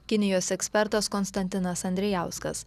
kinijos ekspertas konstantinas andrijauskas